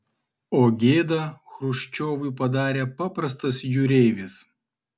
o gėdą chruščiovui padarė paprastas jūreivis